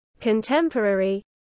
contemporary